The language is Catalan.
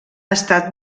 estat